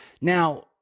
Now